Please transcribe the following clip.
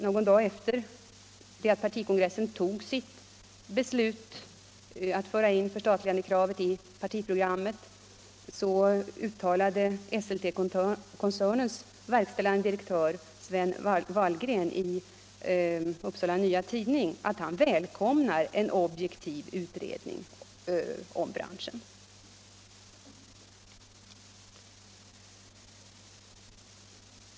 Någon dag efter det att partikongressen tog sitt beslut att föra in förstatligandekravet i partiprogrammet uttalade Esseltekoncernens verkställande direktör Sven Wahlgren i Upsala Nya Tidning att han välkomnar en objektiv utredning om branschen.